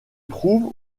trouve